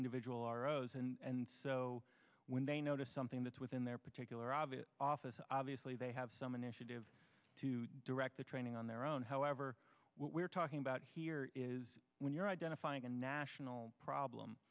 individual aros and so when they notice something that's within their particular obvious office obviously they have some initiative to direct the training on their own however we're talking about here is when you're identifying a national problem